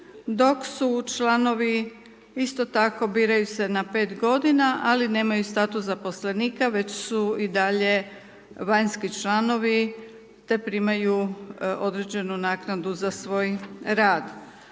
dok su članovi, isto tako biraju se na 5 godina, ali nemaju status zaposlenika, već su i dalje vanjski članovi, te primaju određenu naknadu za svoj rad.